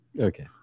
Okay